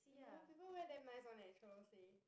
no people wear damn nice [one] leh Cholo say